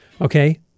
Okay